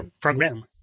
program